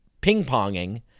ping-ponging